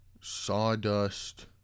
Sawdust